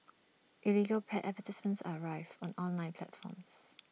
illegal pet advertisements are rife on online platforms